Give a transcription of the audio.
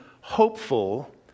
hopeful